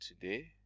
today